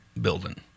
building